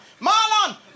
Marlon